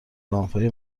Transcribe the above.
لامپهای